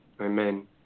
Amen